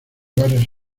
varios